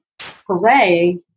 hooray